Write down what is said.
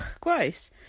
gross